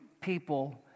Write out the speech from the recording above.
people